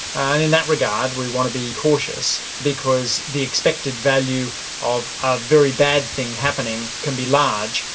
and in that regard we want to be cautious because the expected value of a very bad thing happening can be large,